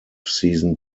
season